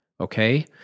Okay